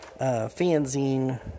fanzine